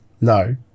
no